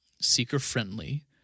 seeker-friendly